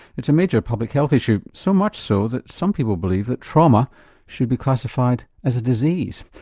it's a major public health issue, so much so that some people believe that trauma should be classified as a disease.